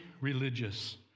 religious